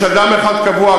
יש אדם אחד קבוע,